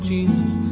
Jesus